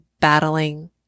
battling